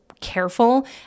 careful